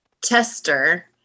tester